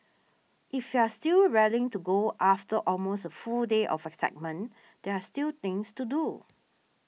if you're still raring to go after almost a full day of excitement there are still things to do